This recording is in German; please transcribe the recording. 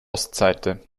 ostseite